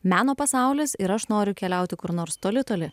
meno pasaulis ir aš noriu keliauti kur nors toli toli